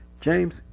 James